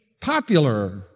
popular